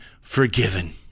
forgiven